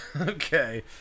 Okay